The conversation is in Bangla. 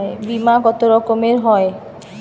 বিমা কত রকমের হয়?